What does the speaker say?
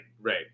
right